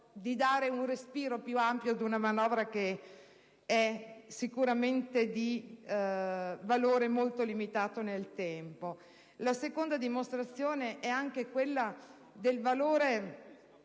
La seconda dimostrazione è quella del valore